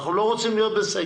אנחנו לא רוצים להיות בסגר,